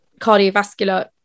cardiovascular